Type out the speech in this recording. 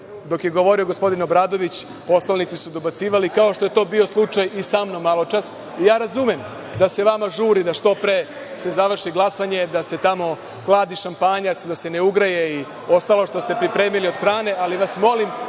dok je govorio gospodin Obradović poslanici su dobacivali, kao što je to bio slučaj i sa mnom maločas. Razumem da se vama žuri da što pre se završi glasanje, da se tamo hladi šampanjac, da se ne ugreje i ostalo što ste pripremili od hrane, ali vas molim